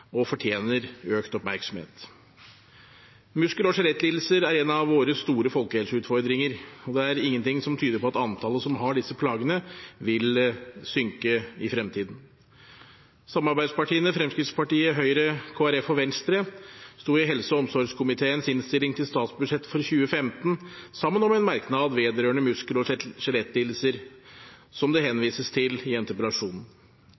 og fortjener økt oppmerksomhet. Muskel- og skjelettlidelser er en av våre store folkehelseutfordringer, og det er ingenting som tyder på at antallet som har disse plagene, vil synke i fremtiden. Samarbeidspartiene Fremskrittspartiet, Høyre, Kristelig Folkeparti og Venstre sto i helse- og omsorgskomiteens innstilling til statsbudsjettet for 2015 sammen om en merknad vedrørende muskel- og skjelettlidelser, som det henvises til i interpellasjonen.